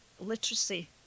literacy